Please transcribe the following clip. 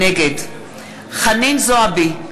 נגד חנין זועבי,